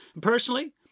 Personally